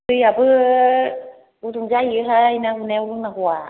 दैयैबो गुदुं जाहैयो हाय ना हमनायाव लोंनांगवा